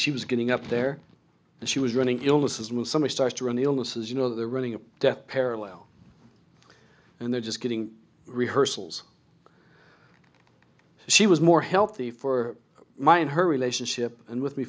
she was getting up there and she was running illnesses move somebody starts to run illnesses you know they're running a death parallel and they're just getting rehearsals she was more healthy for my and her relationship and with me